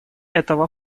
этого